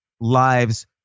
lives